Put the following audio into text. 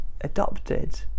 adopted